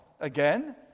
again